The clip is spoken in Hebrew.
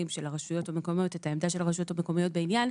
ואת עמדת הרשויות המקומיות בעניין,